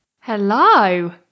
Hello